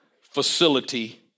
facility